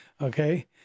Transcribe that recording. Okay